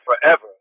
forever